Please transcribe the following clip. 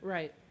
Right